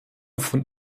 von